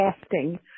casting